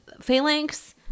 phalanx